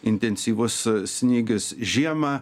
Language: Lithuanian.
intensyvus snygis žiemą